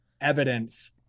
evidence